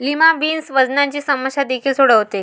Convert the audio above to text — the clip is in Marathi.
लिमा बीन्स वजनाची समस्या देखील सोडवते